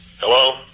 Hello